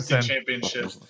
championship